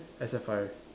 except Farid